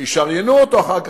שישריינו אותו אחר כך,